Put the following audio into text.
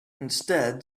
instead